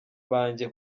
banjye